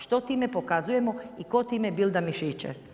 Što time pokazujemo i tko time bilda mišiće?